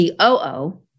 COO